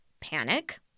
panic